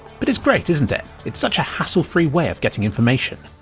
but it's great isn't it it's such a hassle-free way of getting information.